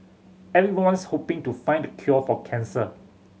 everyone's hoping to find the cure for cancer